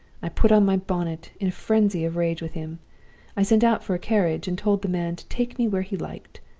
i put on my bonnet, in a frenzy of rage with him i sent out for a carriage, and told the man to take me where he liked.